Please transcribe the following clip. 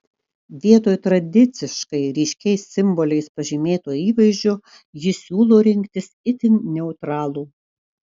vietoj tradiciškai ryškiais simboliais pažymėto įvaizdžio ji siūlo rinktis itin neutralų